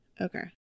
Okay